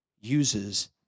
uses